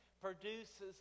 produces